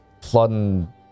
flooding